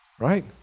right